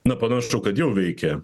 na panašu kad jau veikia